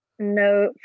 no